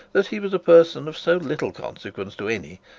that he was a person of so little consequence to any,